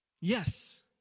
Yes